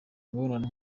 imibonano